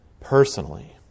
personally